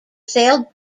sailed